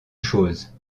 chose